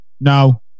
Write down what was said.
No